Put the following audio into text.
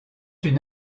une